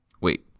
Wait